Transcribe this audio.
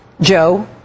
Joe